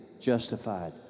Justified